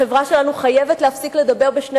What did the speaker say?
החברה שלנו חייבת להפסיק לדבר בשני